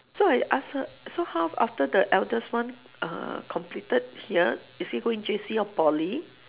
so I ask her so how after the eldest one uh completed here is he going J_C or poly